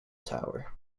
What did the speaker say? tower